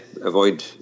avoid